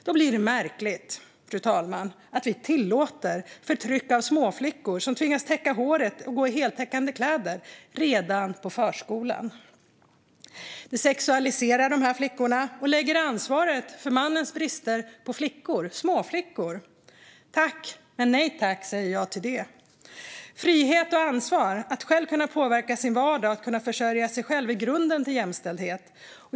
Då blir det märkligt, fru talman, om vi tillåter förtryck av småflickor som tvingas täcka håret och gå i heltäckande kläder redan på förskolan. Det sexualiserar flickorna och lägger ansvaret för mannens brister på småflickor. Tack, men nej tack, säger jag till det. Frihet och ansvar att själv kunna påverka sin vardag och att kunna försörja sig själv är grunden till jämställdhet.